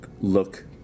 look